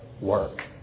work